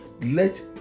Let